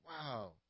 Wow